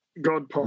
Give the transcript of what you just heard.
God